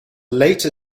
later